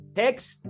text